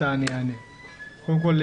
זה החלק הכי פחות חשוב...